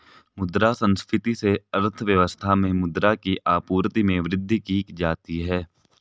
मुद्रा संस्फिति से अर्थव्यवस्था में मुद्रा की आपूर्ति में वृद्धि की जाती है